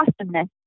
Awesomeness